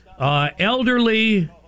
Elderly